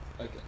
okay